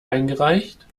eingereicht